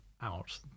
out